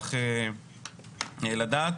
נשמח לדעת.